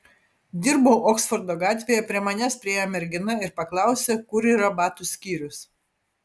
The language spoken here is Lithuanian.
dirbau oksfordo gatvėje prie manęs priėjo mergina ir paklausė kur yra batų skyrius